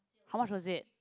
how much was it